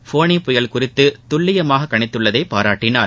ஃபோனி புயல் குறித்து துல்லியமாக கணித்துள்ளதை பாராட்டினார்